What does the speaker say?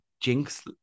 Jinx